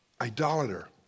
idolater